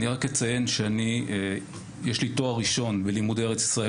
אני רק אציין שיש לי תואר ראשון בלימודי ארץ ישראל